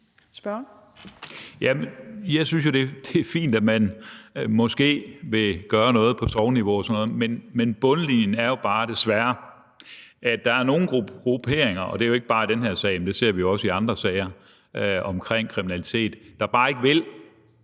Jeg synes jo, det er fint, at man måske vil gøre noget på sogneniveau og sådan noget, men på bundlinjen står der bare desværre, at der er nogle grupperinger, og det er jo ikke bare i den her sag, for det ser vi også i andre sager omkring kriminalitet, der bare ikke vil